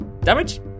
Damage